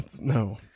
No